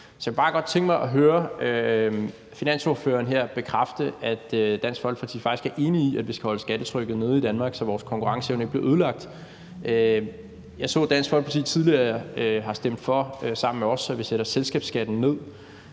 Så jeg kunne bare godt tænke mig at høre finansordføreren her bekræfte, at Dansk Folkeparti faktisk er enige i, at vi skal holde skattetrykket nede i Danmark, så vores konkurrenceevne ikke bliver ødelagt. Jeg har set, at Dansk Folkeparti tidligere sammen med os har stemt for, at vi sætter selskabsskatten ned.